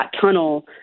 tunnel